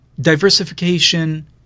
diversification